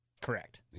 Correct